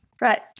Right